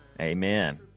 Amen